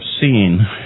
seen